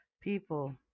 People